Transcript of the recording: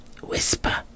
whisper